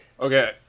Okay